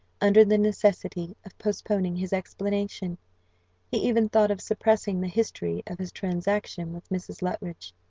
under the necessity of postponing his explanation he even thought of suppressing the history of his transaction with mrs. luttridge.